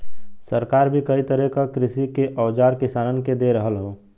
सरकार भी कई तरह क कृषि के औजार किसानन के दे रहल हौ